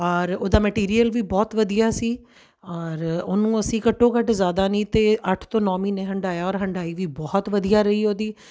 ਔਰ ਉਹਦਾ ਮਟੀਰੀਅਲ ਵੀ ਬਹੁਤ ਵਧੀਆ ਸੀ ਔਰ ਉਹਨੂੰ ਅਸੀਂ ਘੱਟੋ ਘੱਟ ਜ਼ਿਆਦਾ ਨਹੀਂ ਤਾਂ ਅੱਠ ਤੋਂ ਨੌਂ ਮਹੀਨੇ ਹੰਢਾਇਆ ਔਰ ਹੰਢਾਈ ਵੀ ਬਹੁਤ ਵਧੀਆ ਰਹੀ ਉਹਦੀ